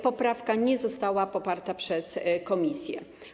Poprawka nie została poparta przez komisje.